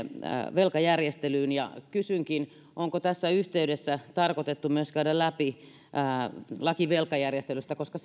velkajärjestelyyn ja kysynkin onko tässä yhteydessä tarkoitus myös käydä läpi laki velkajärjestelystä koska